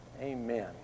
Amen